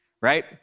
Right